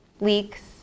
leaks